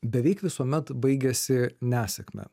beveik visuomet baigiasi nesėkme